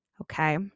Okay